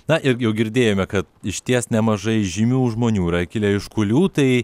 na irgi jau girdėjome kad išties nemažai žymių žmonių yra kilę iš kulių tai